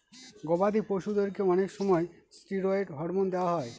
গবাদি পশুদেরকে অনেক সময় ষ্টিরয়েড হরমোন দেওয়া হয়